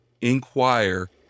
inquire